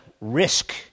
risk